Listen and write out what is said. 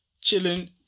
Chilling